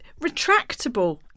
retractable